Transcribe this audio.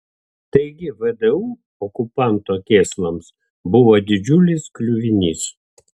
taigi vdu okupanto kėslams buvo didžiulis kliuvinys